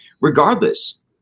regardless